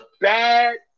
bad